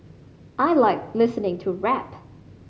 I like listening to rap